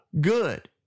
good